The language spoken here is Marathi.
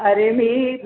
अरे मी